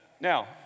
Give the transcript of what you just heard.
Now